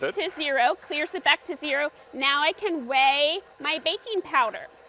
but to zero. clears it back to, zero now i can weigh my baking powder.